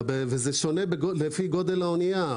זה שונה, לפי גודל האנייה.